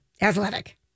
Athletic